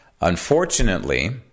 Unfortunately